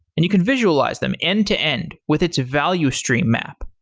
and you can visualize them end to end with its value stream map.